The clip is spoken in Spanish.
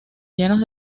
llenos